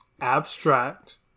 Abstract